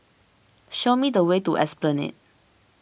show me the way to Esplanade